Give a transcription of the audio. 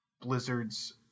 Blizzard's